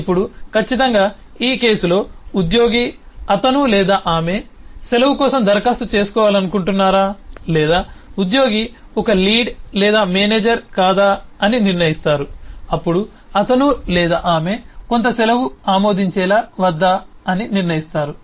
ఇప్పుడు ఖచ్చితంగా ఈ కేసులో ఉద్యోగి అతను లేదా ఆమె సెలవు కోసం దరఖాస్తు చేసుకోవాలనుకుంటున్నారా లేదా ఉద్యోగి ఒక లీడ్ లేదా మేనేజర్ కాదా అని నిర్ణయిస్తారు అప్పుడు అతను లేదా ఆమె కొంత సెలవు ఆమోదించాలా వద్దా అని నిర్ణయిస్తారు